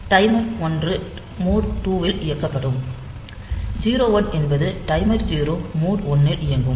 timer 1 mode 2 இல் இயக்கப்படும் 0 1 என்பது டைமர் 0 மோட் 1 இல் இயங்கும்